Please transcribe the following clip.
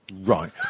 Right